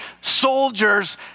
soldiers